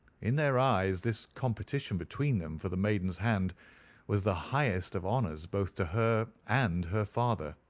in their eyes this competition between them for the maiden's hand was the highest of honours both to her and her father.